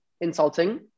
insulting